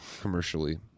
commercially